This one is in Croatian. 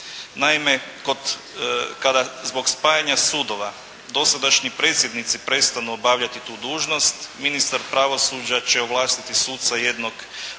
Naime, kod, kada zbog spajanja sudova, dosadašnji predsjednici prestanu obavljati tu dužnost ministar pravosuđa će ovlastiti suca jednog